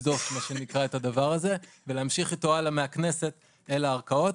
לשזוף את הדבר הזה ולהמשיך איתו מהכנסת לערכאות.